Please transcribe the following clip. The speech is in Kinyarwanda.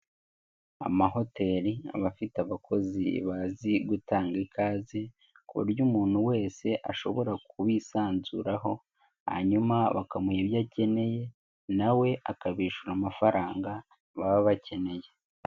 Amahoteli abafite abakozi bazi gutanga ikaze, ku buryo umuntu wese ashobora kubisanzuraho, hanyuma bakamuha ibyo akeneye na we akabishyura amafaranga, baba bakeneye.